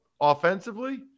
offensively